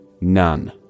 none